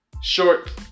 short